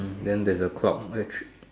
then there's a clock which